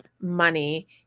money